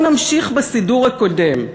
בוא נמשיך בסידור הקודם.